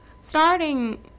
Starting